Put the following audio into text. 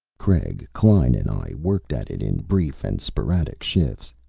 craig, klein and i worked at it in brief and sporadic shifts.